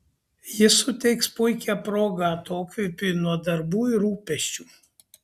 ji suteiks puikią progą atokvėpiui nuo darbų ir rūpesčių